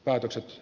laitokset